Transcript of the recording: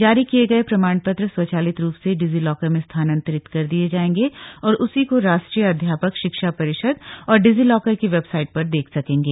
जारी किए गए प्रमाण पत्र स्वचालित रूप से डिजीलॉकर में स्थानांतरित कर दिए जाएंगे और उसी को राष्ट्रीय अध्यापक शिक्षा परिषद और डिजीलॉकर की वेबसाइट पर देख सकेंगे